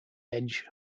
edge